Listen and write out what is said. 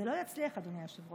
זה לא יצליח, אדוני היושב-ראש.